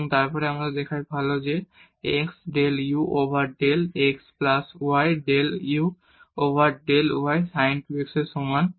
এবং তারপর আমরা দেখাই যে x del u over del x plus y del u over del y sin 2 x এর সমান